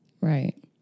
Right